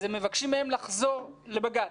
אז הם מבקשים מהם לחזור לבג"צ.